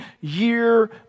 year